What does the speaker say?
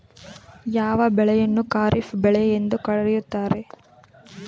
ಯಾವ ಬೆಳೆಯನ್ನು ಖಾರಿಫ್ ಬೆಳೆ ಎಂದು ಕರೆಯುತ್ತಾರೆ?